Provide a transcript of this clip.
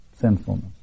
sinfulness